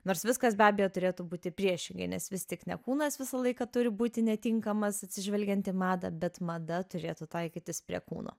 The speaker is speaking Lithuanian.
nors viskas be abejo turėtų būti priešingai nes vis tik ne kūnas visą laiką turi būti netinkamas atsižvelgiant į madą bet mada turėtų taikytis prie kūno